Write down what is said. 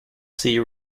sea